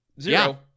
Zero